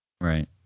right